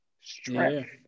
strength